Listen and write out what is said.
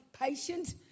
patient